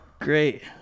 great